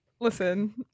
Listen